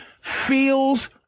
feels